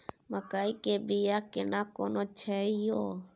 मकई के बिया केना कोन छै यो?